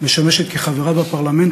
אני תמיד אמרתי שהכנסת וחלק מההתנהלות